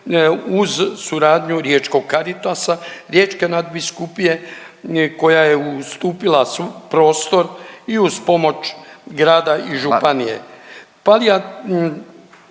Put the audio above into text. uz suradnju riječkog caritasa, riječke nadbiskupije koja je ustupila prostor i uz pomoć grada i županije.